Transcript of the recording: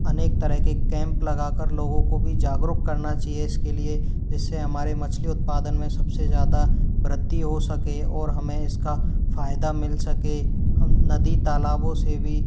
अनेक तरह के कैंप लगा कर लोगों को भी जागरूक करना चाहिए इसके लिए जिससे हमारी मछली उत्पादन में सबसे ज़्यादा वृद्धि हो सके और हमें इसका फायदा मिल सके हम नदी तालाबों से भी